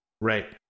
Right